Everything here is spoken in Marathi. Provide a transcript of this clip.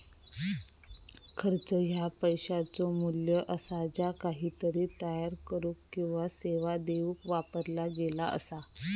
खर्च ह्या पैशाचो मू्ल्य असा ज्या काहीतरी तयार करुक किंवा सेवा देऊक वापरला गेला असा